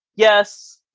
yes,